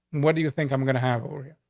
what do you think i'm i'm gonna have or you,